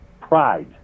pride